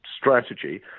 strategy